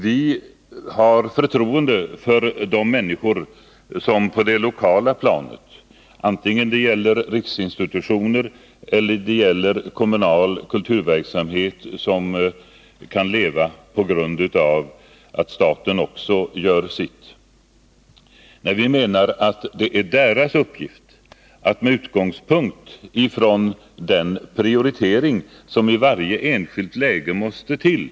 Vi har förtroende för de människor på det lokala planet som inom ramen för exempelvis riksinstitutioner eller kommunal kulturverksamhet kan bedriva verksamhet på barnkulturområdet tack vare statens insatser. Vi menar att det är deras uppgift att göra den prioritering som i varje enskilt läge måste till.